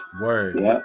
word